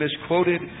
misquoted